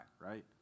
right